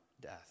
death